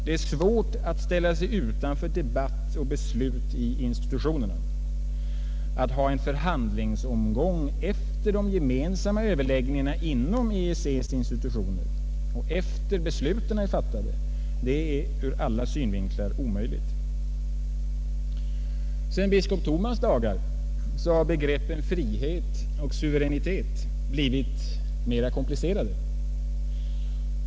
Det är svårt att ställa sig utanför debatt och beslut i institutionerna. Att ha en förhandlingsomgång efter de gemensamma överläggningarna och besluten är ur alla synvinklar omöjligt. Sedan biskop Thomas” dagar har begreppen frihet och suveränitet blivit mera komplicerade.